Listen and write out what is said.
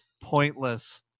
pointless